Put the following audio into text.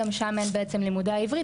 גם שם אין לימודי עברית,